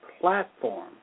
platform